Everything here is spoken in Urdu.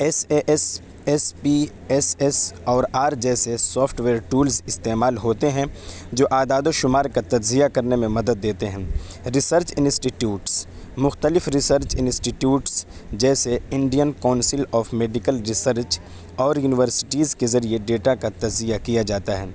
S A S S P S S اور آر جیسے سافٹویئر ٹولز استعمال ہوتے ہیں جو اعداد و شمار کا تجزیہ کرنے میں مدد دیتے ہیں ریسرچ اسنسٹیٹیوٹس مختلف ریسرچ اسنسٹیٹیوٹس جیسے Indian council of medical research اور یونیورسٹیز کے ذریعے ڈیٹا کا تجزیہ کیا جاتا ہے